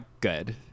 good